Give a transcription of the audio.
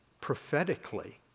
prophetically